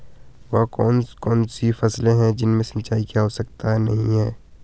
वह कौन कौन सी फसलें हैं जिनमें सिंचाई की आवश्यकता नहीं है?